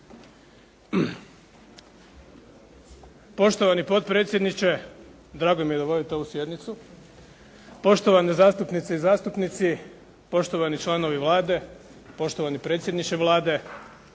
Poštovani potpredsjedniče, drago mi je da vodite ovu sjednicu, poštovane zastupnice i zastupnici, poštovani članovi Vlade, poštovani predsjedniče Vlade.